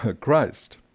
Christ